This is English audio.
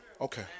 Okay